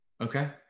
Okay